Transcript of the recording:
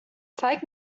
zeig